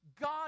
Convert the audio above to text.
God